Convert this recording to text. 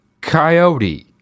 coyote